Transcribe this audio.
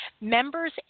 Members